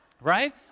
right